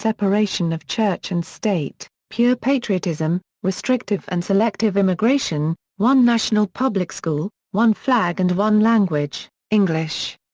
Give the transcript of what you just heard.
separation of church and state, pure patriotism, restrictive and selective immigration, one national public school, one flag and one language english.